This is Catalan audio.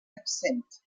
exempt